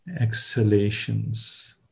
Exhalations